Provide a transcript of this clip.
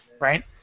right